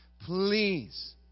please